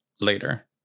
later